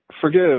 Forgive